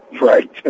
Right